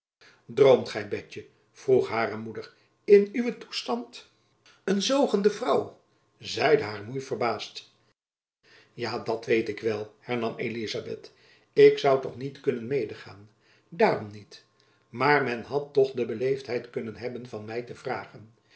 droomt gy betjen vroeg hare moeder in uwen toestand een zogende vrouw zeide hare moei verbaasd ja dat weet ik wel hernam elizabeth ik zoû toch niet kunnen medegaan daarom niet maar men had toch de beleefdheid kunnen hebben van my te vragen